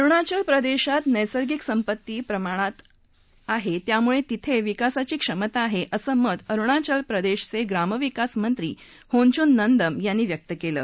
अरुणाचल प्रदर्शीत नस्तिंक संपत्ती प्रमाणात आहा त्यामुळतिथा विकासाची क्षमता आहा असं मत अरुणाचल प्रदर्शीचा ग्रामविकास मंत्री होंचून नंदम यांनी व्यक्त कलि